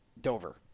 Dover